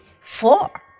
four